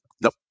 Nope